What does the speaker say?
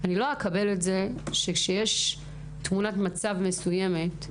לא אקבל את זה שכשיש תמונת מצב מסוימת,